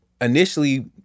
initially